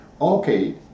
Okay